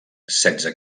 setze